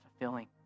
fulfilling